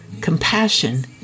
compassion